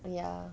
ya